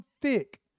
thick